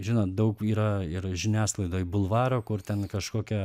žinot daug yra ir žiniasklaidoj bulvaro kur ten kažkokia